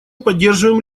поддерживаем